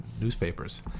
newspapers